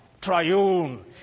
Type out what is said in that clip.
triune